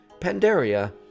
Pandaria